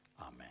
Amen